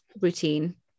routine